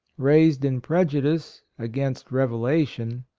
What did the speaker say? raised in prejudice against revelation,